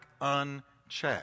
unchecked